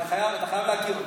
אתה חייב, אתה חייב להכיר אותו.